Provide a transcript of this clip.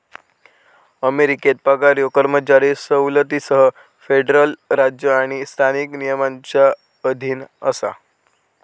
अमेरिकेत पगार ह्यो कर्मचारी सवलतींसह फेडरल राज्य आणि स्थानिक नियमांच्या अधीन असा